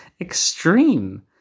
extreme